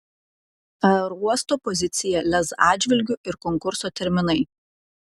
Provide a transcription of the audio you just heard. aerouosto pozicija lez atžvilgiu ir konkurso terminai